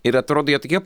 ir atrodo jie tokie